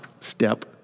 step